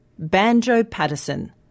Banjo-Patterson